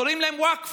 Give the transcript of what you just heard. קוראים להם "ווקף".